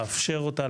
לאפשר אותה,